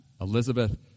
Elizabeth